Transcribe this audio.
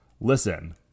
Listen